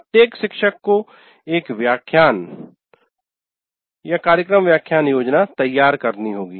प्रत्येक शिक्षक को एक व्याख्यान कार्यक्रमव्याख्यान योजना तैयार करनी होगी